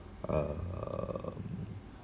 err